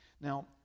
Now